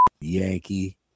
Yankee